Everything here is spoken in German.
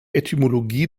etymologie